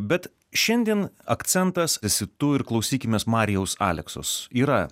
bet šiandien akcentas esi tu ir klausykimės marijaus aleksos yra